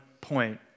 point